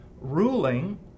ruling